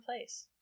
place